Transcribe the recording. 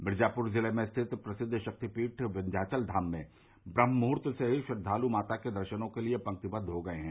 मिर्जापुर जिले में स्थित प्रसिद्द शक्तिपीठ विन्ध्याचल धाम में ब्रह्ममूहर्त से श्रद्वालु माता के दर्शनों के लिए पंक्तिबद्व हो गए हैं